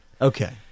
Okay